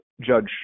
Judge